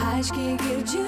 aiškiai girdžiu